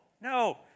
no